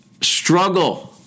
struggle